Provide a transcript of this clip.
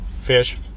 Fish